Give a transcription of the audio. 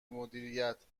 مدیریت